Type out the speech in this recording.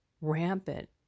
rampant